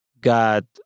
God